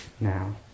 now